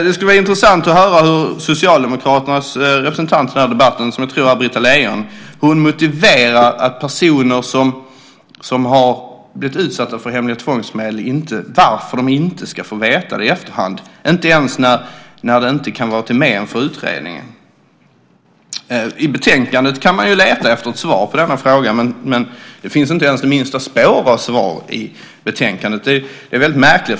Det skulle vara intressant att höra hur Socialdemokraternas representant i debatten, Britta Lejon, motiverar att personer som har blivit utsatta för hemliga tvångsmedel inte ska få veta det i efterhand - inte ens när det inte kan vara till men för utredningen. Vi kan leta efter ett svar i betänkandet. Men det finns inte ens det minsta spår av svar i betänkandet. Det är märkligt.